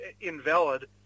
invalid